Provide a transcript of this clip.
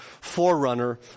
forerunner